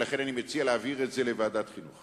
ולכן אני מציע להעביר את זה לוועדת החינוך.